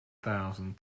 thousand